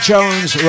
Jones